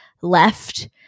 left